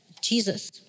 Jesus